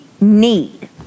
need